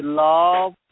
love